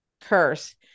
curse